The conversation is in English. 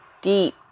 deep